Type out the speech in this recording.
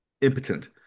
impotent